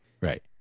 Right